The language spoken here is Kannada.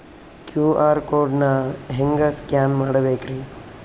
ಕ್ಯೂ.ಆರ್ ಕೋಡ್ ನಾ ಹೆಂಗ ಸ್ಕ್ಯಾನ್ ಮಾಡಬೇಕ್ರಿ?